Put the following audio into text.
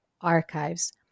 Archives